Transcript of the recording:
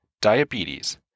diabetes